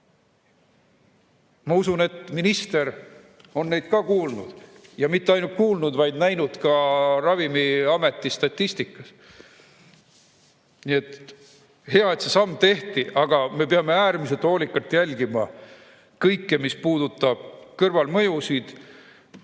Ma usun, et ka minister on neid kuulnud ja mitte ainult kuulnud, vaid ka näinud Ravimiameti statistikast. Nii et hea, et see samm tehti, aga me peame äärmiselt hoolikalt jälgima kõike, mis puudutab kõrvalmõjusid.